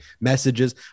messages